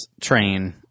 train